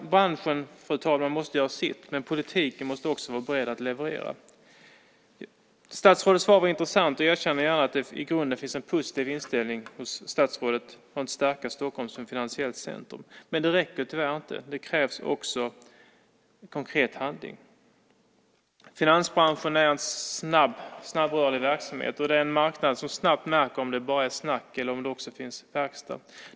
Branschen, fru talman, måste göra sitt, men politiken måste också vara beredd att leverera. Statsrådets svar var intressant, och jag erkänner gärna att det i grunden finns en positiv inställning hos statsrådet för att stärka Stockholm som ett finansiellt centrum. Men det räcker tyvärr inte. Det krävs också konkret handling. Finansbranschen är en snabbrörlig verksamhet. Det är en marknad som snabbt märker om det bara är snack eller om det också finns verkstad.